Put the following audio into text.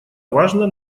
важно